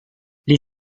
les